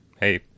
Hey